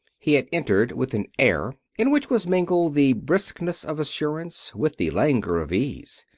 he had entered with an air in which was mingled the briskness of assurance with the languor of ease.